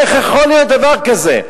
איך יכול להיות דבר כזה?